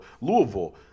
Louisville